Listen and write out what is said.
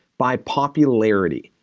by popularity.